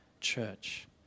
church